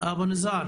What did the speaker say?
יש לי